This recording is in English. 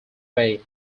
way